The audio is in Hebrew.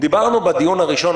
דיברנו בדיון הראשון,